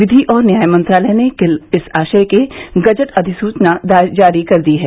विधि और न्याय मंत्रालय ने कल इस आशय के गजट अधिसूचना जारी कर दी है